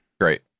Great